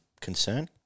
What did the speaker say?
Concern